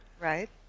Right